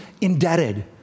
indebted